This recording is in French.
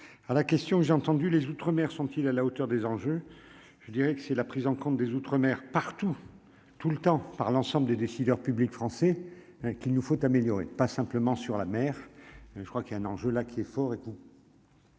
à la question, j'ai entendu les outre-sont-ils à la hauteur des enjeux, je dirais que c'est la prise en compte des Outre-Mer partout tout le temps par l'ensemble des décideurs publics français qu'il nous faut améliorer, pas simplement sur la mer, je crois qu'il y a un enjeu là qui est fort et tout.